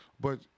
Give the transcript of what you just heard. But-